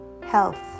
health